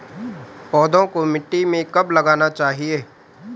पौधों को मिट्टी में कब लगाना चाहिए?